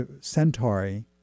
Centauri